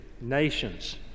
Nations